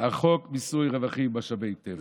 חוק מיסוי רווחים ממשאבי טבע.